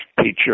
teacher